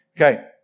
Okay